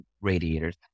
radiators